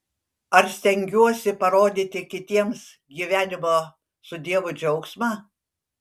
ar stengiuosi parodyti kitiems gyvenimo su dievu džiaugsmą